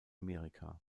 amerika